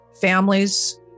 Families